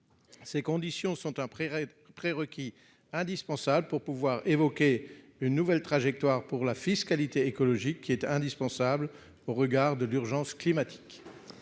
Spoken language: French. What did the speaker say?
Ces conditions sont un prérequis indispensable pour pouvoir évoquer une nouvelle trajectoire pour la fiscalité écologique, qui est indispensable au regard de l'urgence climatique.